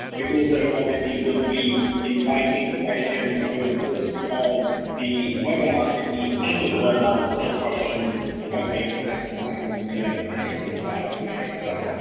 we also obviously will be inviting questions over the course of the webinar and at the end of the webinar we'll take questions and hopefully, we'll have some time for some really like interactive q and a. so,